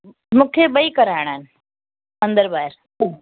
मूंखे ॿई कराइणा आहिनि अंदरि ॿाहिरि हा